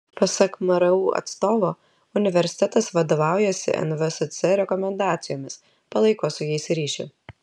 pasak mru atstovo universitetas vadovaujasi nvsc rekomendacijomis palaiko su jais ryšį